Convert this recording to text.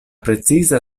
preciza